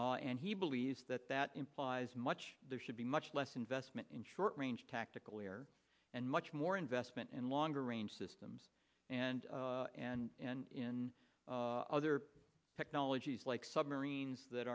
zone and he believes that that implies much there should be much less investment in short range tactical air and much more investment in longer range systems and and in other technologies like submarines that